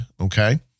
okay